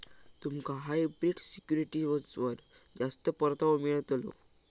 तुमका हायब्रिड सिक्युरिटीजवर जास्त परतावो मिळतलो